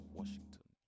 washington